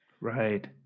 Right